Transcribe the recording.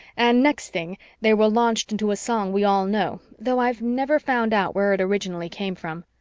and next thing they were launched into a song we all know, though i've never found out where it originally came from.